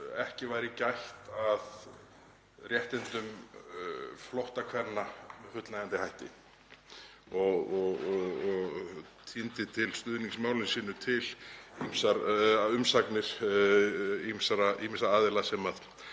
ekki væri gætt að réttindum flóttakvenna með fullnægjandi hætti og tíndi til stuðnings máli sínu umsagnir ýmissa aðila sem